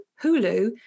Hulu